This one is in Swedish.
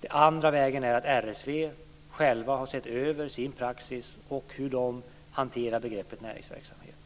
Den andra vägen är att RSV självt har sett över sin praxis och hur man där hanterar begreppet näringsverksamhet.